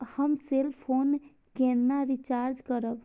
हम cell phone केना recharge करब?